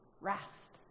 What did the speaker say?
rest